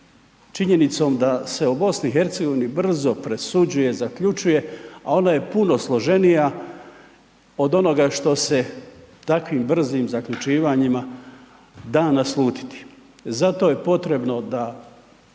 činjenicom da se o BiH brzo presuđuje, zaključuje, a ona je puno složenija od onoga što se takvim brzim zaključivanjima da naslutiti. Zato je potrebno da